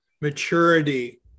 maturity